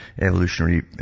evolutionary